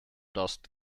dust